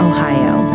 Ohio